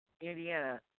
Indiana